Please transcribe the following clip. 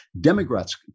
Democrats